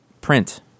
print